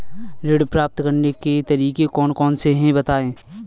ऋण प्राप्त करने के तरीके कौन कौन से हैं बताएँ?